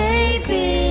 Baby